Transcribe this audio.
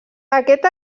aquest